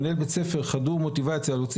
מנהל בית ספר חדור מוטיבציה להוציא